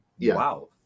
Wow